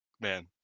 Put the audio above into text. Man